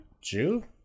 jew